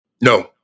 No